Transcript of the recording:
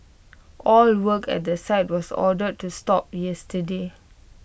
all work at the site was ordered to stop yesterday